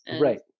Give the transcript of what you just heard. Right